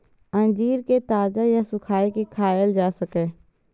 अंजीर कें ताजा या सुखाय के खायल जा सकैए